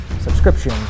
subscription